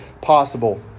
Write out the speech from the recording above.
possible